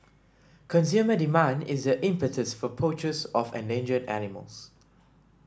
consumer demand is the impetus for poachers of endangered animals